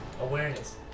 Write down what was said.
awareness